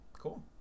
Cool